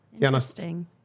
Interesting